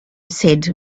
said